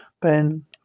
Ben